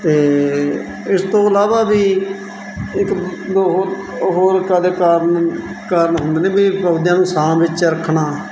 ਅਤੇ ਇਸ ਤੋਂ ਇਲਾਵਾ ਵੀ ਇੱਕ ਦ ਹੋਰ ਹੋਰ ਕਾਦੇ ਕਾਰਨ ਕਾਰਨ ਹੁੰਦੇ ਨੇ ਵੀ ਪੌਦਿਆਂ ਨੂੰ ਛਾਂ ਵਿੱਚ ਰੱਖਣਾ